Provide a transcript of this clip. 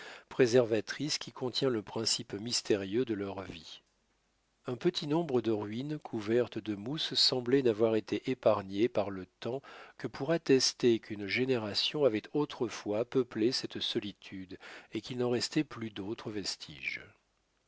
préservatrice qui contient le principe mystérieux de leur vie un petit nombre de ruines couvertes de mousse semblaient n'avoir été épargnées par le temps que pour attester qu'une génération avait autrefois peuplé cette solitude et qu'il n'en restait plus d'autres vestiges